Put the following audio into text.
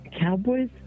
cowboys